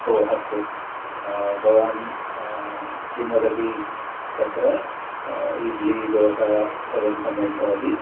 ओ अस्तु भवान् किं वदति तत्र इड्लि दोशा सर्वं सम्यक् भवति